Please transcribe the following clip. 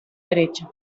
derecha